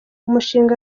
umushinga